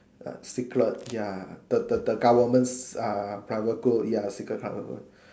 uh secret ya the the the government s~ uh private code ya secret parliament